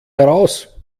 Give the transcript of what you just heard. heraus